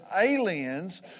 aliens